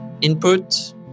input